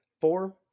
Four